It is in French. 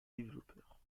développeurs